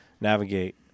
navigate